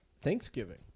Thanksgiving